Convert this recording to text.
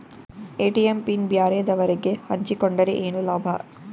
ATM pin ಬ್ಯಾರೆದವರಗೆ ಹಂಚಿಕೊಂಡರೆ ಏನು ಲಾಭ?